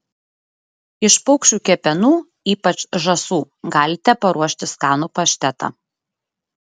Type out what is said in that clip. iš paukščių kepenų ypač žąsų galite paruošti skanų paštetą